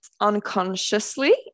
unconsciously